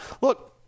look